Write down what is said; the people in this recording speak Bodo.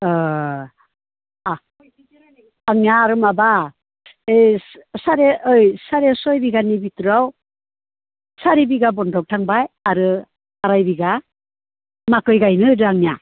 अ आंनिया आरो माबा ओय साराय ओय साराय सय बिगानि भिथोराव सारि बिगा बन्दख थांबाय आरो आराय बिगा माथिं गायनो जादों आंनिया